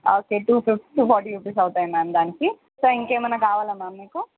okay two fif two forty rupees అవుతాయి ma'am దానికి so ఇంకేమైనా కావాలా మ్యామ్ మీకు